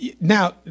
Now